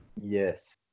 Yes